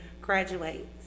graduate